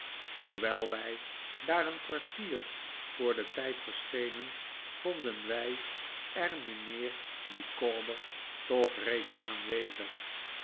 hoewel wij daar een kwartier voor den tijd verschenen vonden wij er mijnheer micawber toch reeds aanwezig